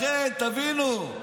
לכן, תבינו,